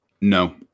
No